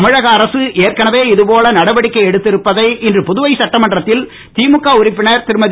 தமிழக அரசு ஏற்கனவே இதுபோல நடவடிக்கை எடுத்திருப்பதை இன்று புதுவை சட்டமன்றத்தில் திமுக உறுப்பினர் திருமதி